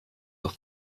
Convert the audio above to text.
auf